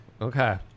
Okay